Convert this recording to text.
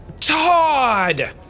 Todd